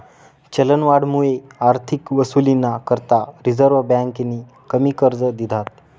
चलनवाढमुये आर्थिक वसुलीना करता रिझर्व्ह बँकेनी कमी कर्ज दिधात